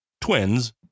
Twins